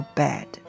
bad